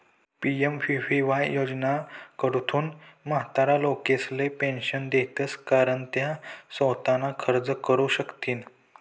PMVVY योजनाकडथून म्हातारा लोकेसले पेंशन देतंस कारण त्या सोताना खर्च करू शकथीन